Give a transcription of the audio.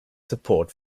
support